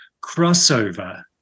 Crossover